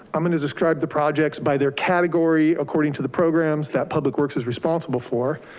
i'm gonna describe the projects by their category, according to the programs that public works is responsible for,